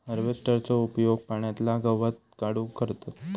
हार्वेस्टरचो उपयोग पाण्यातला गवत काढूक करतत